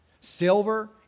Silver